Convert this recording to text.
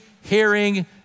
hearing